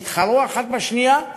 שיתחרו אחת בשנייה,